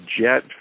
jet